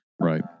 Right